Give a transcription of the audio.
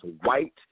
white